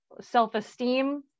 self-esteem